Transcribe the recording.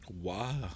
wow